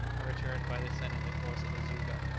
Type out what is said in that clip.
and returned by descending the course of the zouga.